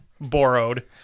Borrowed